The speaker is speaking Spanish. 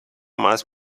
más